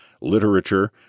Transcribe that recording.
literature